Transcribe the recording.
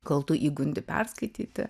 kol tu įgundi perskaityti